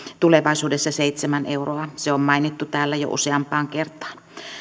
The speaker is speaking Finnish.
tulevaisuudessa seitsemän euroa se on mainittu täällä jo useampaan kertaan